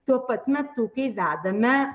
tuo pat metu kai vedame